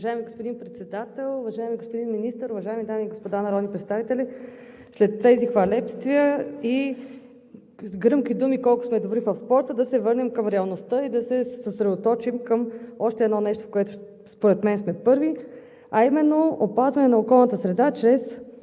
Уважаеми господин Председател, уважаеми господин Министър, уважаеми дами и господа народни представители! След тези хвалебствия и с гръмки думи колко сме добри в спорта да се върнем към реалността и да се съсредоточим към още едно нещо, в което според мен сме първи, а именно опазване на околната среда чрез